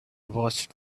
watched